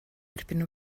erbyn